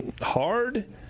hard